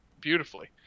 beautifully